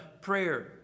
prayer